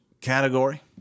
category